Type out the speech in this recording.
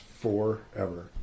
Forever